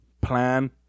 plan